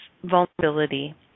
vulnerability